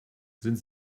sind